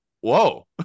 whoa